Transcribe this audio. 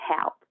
help